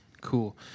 Cool